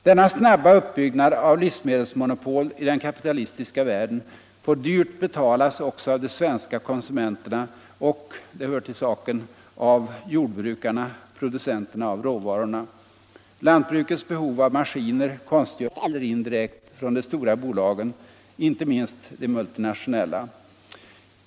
Denna snabba uppbyggnad av livsmedelsmonopol i den kapitalistiska världen får dyrt betalas också av de svenska konsumenterna och — det hör till saken — av jordbrukarna, producenterna av råvarorna. Lantbrukets behov av maskiner, konstgödsel, motorbränsle, byggnadsmaterial och mycket annat kommer till mycket stor del, direkt eller indirekt, från de stora bolagen, inte minst de multinationella.